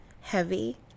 heavy